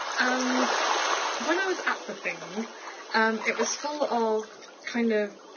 and when i was at the thing it was full of kind of,